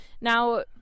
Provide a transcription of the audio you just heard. Now